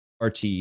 RT